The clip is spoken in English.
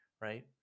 right